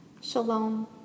Shalom